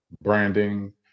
branding